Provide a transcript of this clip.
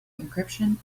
encryption